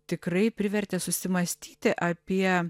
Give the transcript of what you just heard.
tikrai privertė susimąstyti apie